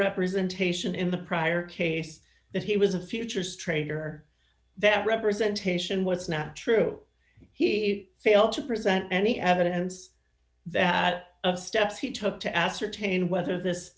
representation in the prior case that he was a futures trader that representation was not true he failed to present any evidence that of steps he took to ascertain whether this